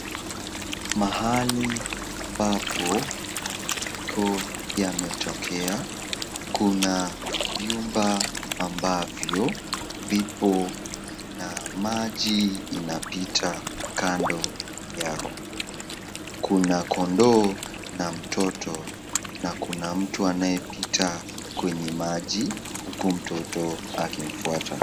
Mahali ambapo mafuriko yametokea kuna vyumba ambavyo vipo na maji inapita kando yao. Kuna kondoo na mtoto na kuna mtu anayepita kwenye maji, huku mtoto akimfuata.